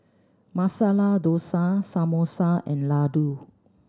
Masala Dosa Samosa and Ladoo